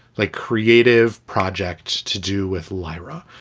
like, creative project to do with lyra,